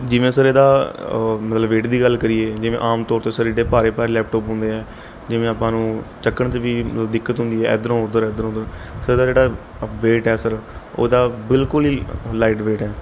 ਜਿਵੇਂ ਸਰ ਇਹਦਾ ਮਤਲਬ ਵੇਟ ਦੀ ਗੱਲ ਕਰੀਏ ਜਿਵੇਂ ਆਮ ਤੌਰ 'ਤੇ ਸਰ ਇੱਡੇ ਭਾਰੇ ਭਾਰੇ ਲੈਪਟੋਪ ਹੁੰਦੇ ਹੈ ਜਿਵੇਂ ਆਪਾਂ ਨੂੰ ਚੱਕਣ 'ਚ ਵੀ ਦਿੱਕਤ ਹੁੰਦੀ ਹੈ ਇਧਰੋਂ ਉੱਧਰ ਇਧਰੋਂ ਉੱਧਰ ਸਰ ਇਹਦਾ ਜਿਹੜਾ ਵੇਟ ਹੈ ਸਰ ਉਹ ਤਾਂ ਬਿਲਕੁੱਲ ਹੀ ਲਾਈਟ ਵੇਟ ਹੈ